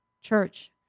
church